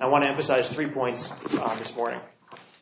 i want to emphasize three points this morning